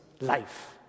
life